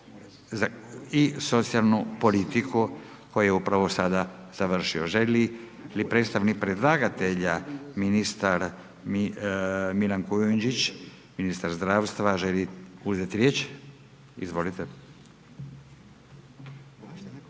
i socijalnu politiku koji je upravo sada završio. Želi li predstavnik predlagatelja, ministar Milan Kujundžić, ministar zdravstva, želi uzeti riječ? Izvolite.